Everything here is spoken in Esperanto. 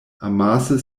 amase